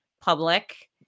public